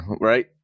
right